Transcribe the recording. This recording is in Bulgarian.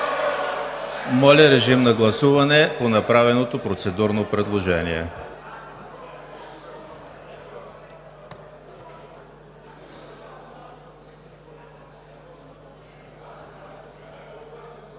Моля, режим на гласуване по направеното процедурно предложение.